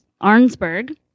Arnsberg